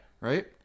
Right